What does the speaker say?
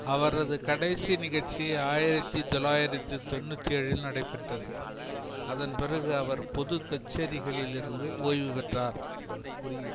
அவரது கடைசி நிகழ்ச்சி ஆயிரத்தி தொள்ளாயிரத்தி தொண்ணூற்றி ஏழில் நடைபெற்றது அதன் பிறகு அவர் பொதுக் கச்சேரிகளிலிருந்து ஓய்வு பெற்றார்